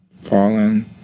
Fallen